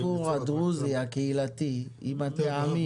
הסיפור הדרוזי הקהילתי עם הטעמים,